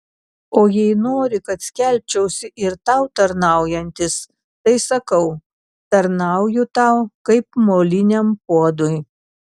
o jei nori kad skelbčiausi ir tau tarnaujantis tai sakau tarnauju tau kaip moliniam puodui